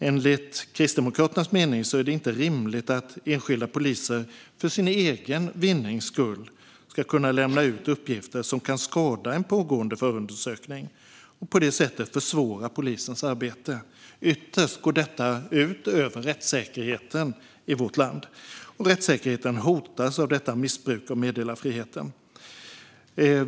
Enligt Kristdemokraternas mening är det inte rimligt att enskilda poliser för sin egen vinning ska kunna lämna ut uppgifter som kan skada en pågående förundersökning och på det sättet försvåra polisens arbete. Ytterst går detta ut över rättssäkerheten i vårt land. Rättssäkerheten hotas av detta missbruk av meddelarfriheten.